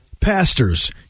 pastors